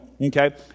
Okay